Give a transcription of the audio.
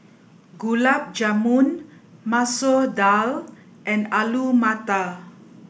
Gulab Jamun Masoor Dal and Alu Matar